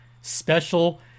Special